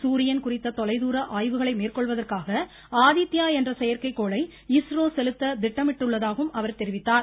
சூரியன் குறித்த தொலைதூர ஆய்வுகளை மேற்கொள்வதற்காக ஆதித்யா என்ற செயற்கைக்கோளை இஸ்ரோ செலுத்த திட்டமிட்டுள்ளதாகவும் அவர் தெரிவித்தார்